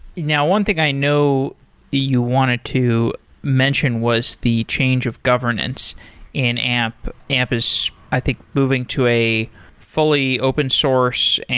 now, one thing i know you wanted to mention was the change of governance in amp. amp is, i think, moving to a fully open source. and